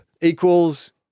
equals